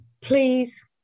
please